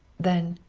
then